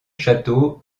château